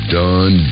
done